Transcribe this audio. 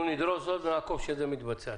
אנחנו נדרוש זאת ונעקוב שזה מתבצע.